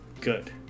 Good